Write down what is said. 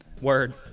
Word